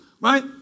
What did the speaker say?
right